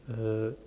uh